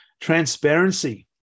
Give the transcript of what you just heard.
Transparency